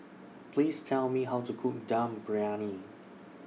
Please Tell Me How to Cook Dum Briyani